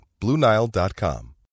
BlueNile.com